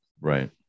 Right